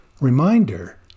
Reminder